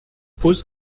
pose